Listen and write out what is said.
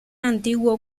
antiguo